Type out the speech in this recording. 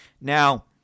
Now